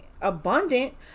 abundant